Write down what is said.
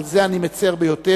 על זה אני מצר ביותר,